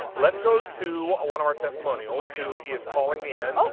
let's go to one of our testimonials who is calling in. oh,